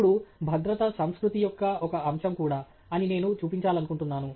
ఇప్పుడు భద్రత సంస్కృతి యొక్క ఒక అంశం కూడా అని నేను చూపించాలనుకుంటున్నాను